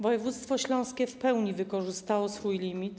Województwo śląskie w pełni wykorzystało swój limit.